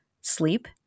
sleep